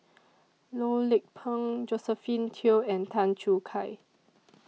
Loh Lik Peng Josephine Teo and Tan Choo Kai